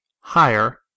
higher